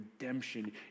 redemption